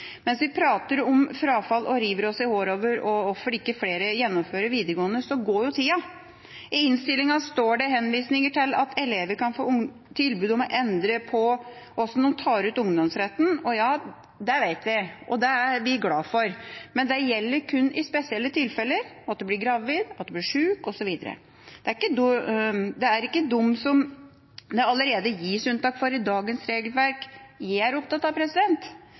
Mens vi prater om frafall og river oss i håret over hvorfor ikke flere gjennomfører videregående, går tida. I innstillinga står det henvisninger til at elever kan få tilbud om å endre på hvordan de tar ut ungdomsretten. Ja, det vet vi, og det er vi glad for, men det gjelder kun i spesielle tilfeller: hvis du blir gravid, hvis du blir sjuk, osv. Det er ikke dem som det allerede gis unntak for i dagens regelverk, jeg er opptatt av.